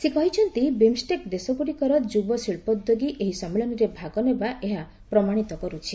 ସେ କହିଛନ୍ତି ବିମ୍ଷ୍ଟେକ୍ ଦେଶଗୁଡିକର ଯୁବଶିଳ୍ପଦ୍ୟୋଗୀ ଏହି ସମ୍ମିଳନୀରେ ଭାଗ ନେବା ଏହା ପ୍ରମାଣିତ କରୁଛି